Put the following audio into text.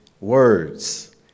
Words